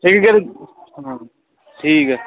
ਠੀਕ ਹੈ ਠੀਕ ਹੈ